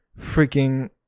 freaking